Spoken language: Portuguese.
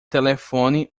telefone